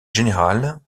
général